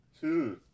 Two